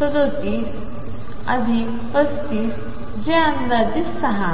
34 अधिक 35 जे अंदाजे 6